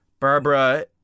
barbara